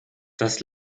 das